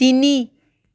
তিনি